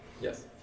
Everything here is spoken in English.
Yes